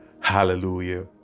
hallelujah